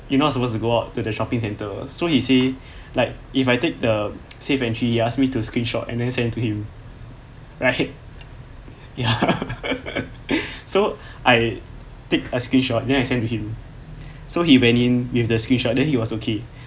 you not supposed to go out to the shopping center so he say like if I take the safe entry he asked me to screenshot and then send to him right ya so I take a screenshot then I send to him so he went in with the screenshot then he was ok